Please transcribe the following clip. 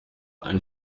einen